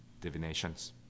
divinations